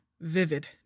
vivid